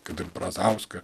kad ir brazauską